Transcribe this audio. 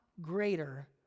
greater